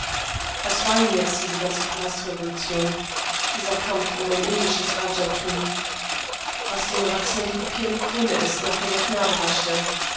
was war ihm jetzt diese ganze palastrevolution dieser kampf um ein indisches rajatum was dem erwachsenen die papierne krone ist nach der der knabe haschte